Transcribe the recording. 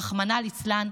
רחמנא ליצלן,